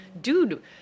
dude